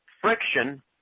friction